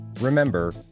Remember